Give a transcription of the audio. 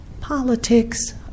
politics